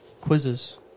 quizzes